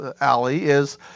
alley—is